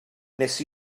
nes